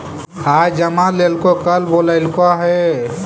आज जमा लेलको कल बोलैलको हे?